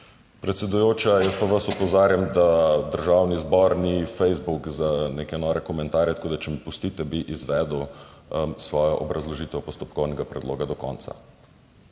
Predsedujoča, jaz pa vas opozarjam, da Državni zbor ni Facebook za neke nore komentarje, tako da če mi pustite, bi izvedel svojo obrazložitev postopkovnega predloga do konca.